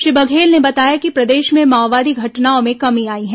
श्री बघेल ने बताया कि प्रदेश में माओवादी घटनाओं में कमी आई है